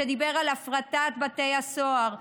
שדיבר על הפרטת בתי הסוהר.